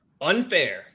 unfair